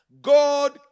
God